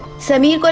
sameer,